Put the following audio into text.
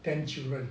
ten children